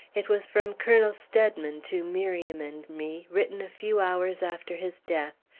it was from colonel steadman to miriam and me, written a few hours after his death,